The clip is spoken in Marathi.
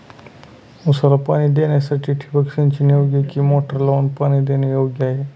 ऊसाला पाणी देण्यासाठी ठिबक सिंचन योग्य कि मोटर लावून पाणी देणे योग्य आहे?